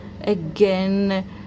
Again